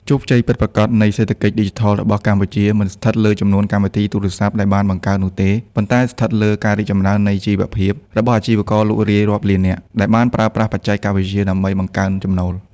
ជោគជ័យពិតប្រាកដនៃសេដ្ឋកិច្ចឌីជីថលរបស់កម្ពុជា មិនស្ថិតលើចំនួនកម្មវិធីទូរស័ព្ទដែលបានបង្កើតនោះទេ ប៉ុន្តែស្ថិតលើ "ការរីកចម្រើននៃជីវភាព" របស់អាជីវករលក់រាយរាប់លាននាក់ ដែលបានប្រើប្រាស់បច្ចេកវិទ្យាដើម្បីបង្កើនចំណូល។